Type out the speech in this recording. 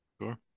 Sure